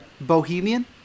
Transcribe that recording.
Bohemian